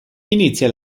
inizia